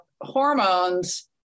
hormones